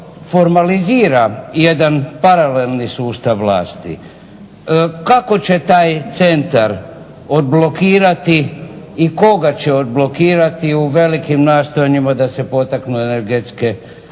formalizira jedan paralelni sustav vlasti. Kako će taj centar odblokirati i koga će odblokirati u velikim nastojanjima da se potaknu energetske